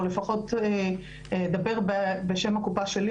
או לפחות אדבר בשם הקופה שלי,